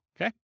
okay